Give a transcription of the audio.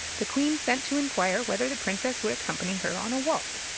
the queen sent to inquire whether the princess would accompany her on a walk.